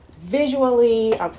visually